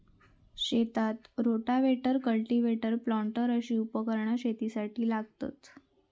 शेतात rotavator, cultivator, planter अशी उपकरणा शेतीसाठी लागतत